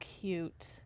cute